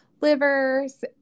livers